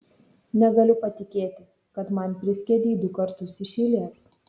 negaliu patikėti kad man priskiedei du kartus iš eilės